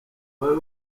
babe